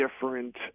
different